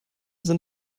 sind